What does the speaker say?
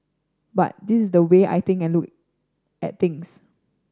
but this is the way I think and look at things